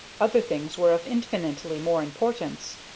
other things were of infinitely more importance.